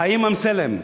חיים אמסלם,